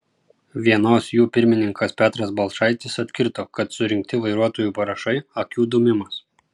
vienos jų pirmininkas petras balčaitis atkirto kad surinkti vairuotojų parašai akių dūmimas